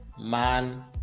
man